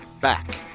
back